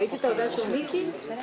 הישיבה בסעיף